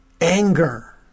Anger